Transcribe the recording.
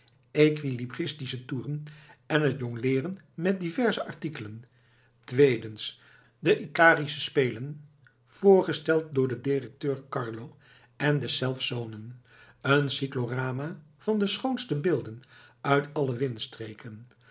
equilibritische toeren en het jongleeren met diverse artikelen tweedens de icarische spelen voorgesteld door den directeur carlo en deszelfs zonen een cyclorama van de schoonste beelden uit alle windstreken